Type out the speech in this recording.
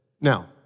Now